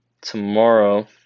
tomorrow